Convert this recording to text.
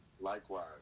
Likewise